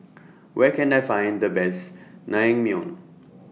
Where Can I Find The Best Naengmyeon